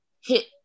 hit